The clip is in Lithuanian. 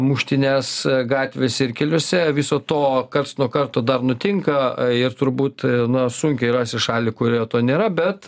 muštynes gatvėse ir keliuose viso to karts nuo karto dar nutinka ir turbūt na sunkiai rasi šalį kurioje to nėra bet